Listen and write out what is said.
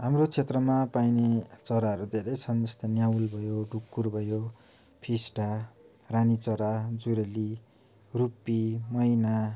हाम्रो क्षेत्रमा पाइने चराहरू धेरै छन् जस्तो न्याउली भयो ढुकुर भयो फिस्टा रानीचरा जुरेली रुपी मैना